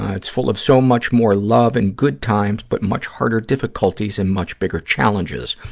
ah it's full of so much more love and good times, but much harder difficulties and much bigger challenges.